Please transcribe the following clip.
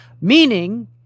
meaning